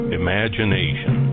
imagination